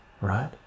right